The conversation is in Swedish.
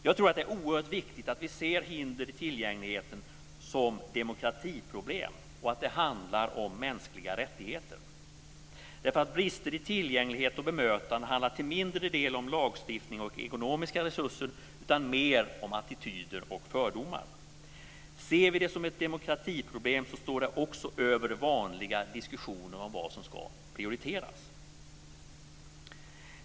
Jag tror att det är oerhört viktigt att vi ser hinder i tillgängligheten som demokratiproblem och att det handlar om mänskliga rättigheter, därför att brister i tillgänglighet och bemötande handlar till mindre del om lagstiftning och ekonomiska resurser och mer om attityder och fördomar. Ser vi det som ett demokratiproblem, står det också över vanliga diskussioner om vad som ska prioriteras.